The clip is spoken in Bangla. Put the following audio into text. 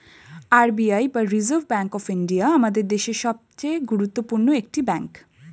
আর বি আই বা রিজার্ভ ব্যাঙ্ক অফ ইন্ডিয়া আমাদের দেশের সবচেয়ে গুরুত্বপূর্ণ একটি ব্যাঙ্ক